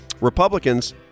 Republicans